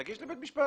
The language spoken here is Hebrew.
תגיש לבית משפט,